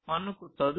మనకు తదుపరిది 802